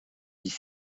dix